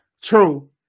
true